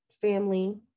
family